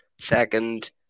second